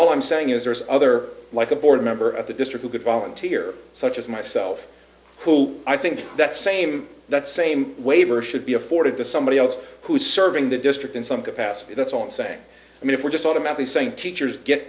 all i'm saying is there's other like a board member of the district who could volunteer such as myself who i think that same that same waiver should be afforded to somebody else who is serving the district in some capacity that's all i'm saying i mean if we're just automatically saying teachers get